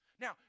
Now